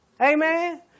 Amen